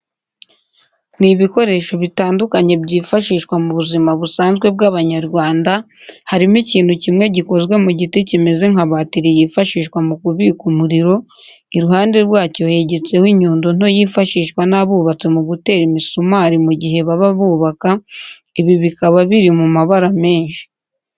Ni ibikoresho bitandukanye byifashishwa mu buzima busanzwe bw'Abanyarwanda, harimo ikintu kimwe gikozwe mu giti kimeze nka batiri yifashishwa mu kubika umuriro, iruhande rwacyo hegetseho inyundo nto yifashishwa n'abubatsi mu gutera imisumari mu gihe baba bubaka, ibi bikaba biri mu mabara menshi.